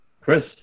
Chris